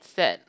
sad